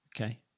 okay